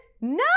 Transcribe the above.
No